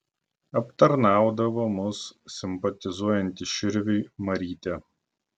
aptarnaudavo mus simpatizuojanti širviui marytė